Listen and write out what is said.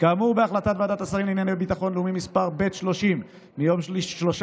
כאמור בהחלטת ועדת השרים לענייני ביטחון לאומי מס' ב/30 מיום 13